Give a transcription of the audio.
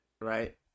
right